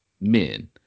men